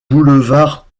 boulevard